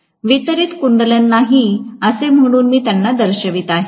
वितरित कुंडलन नाही असे म्हणून मी त्यांना दर्शवित आहे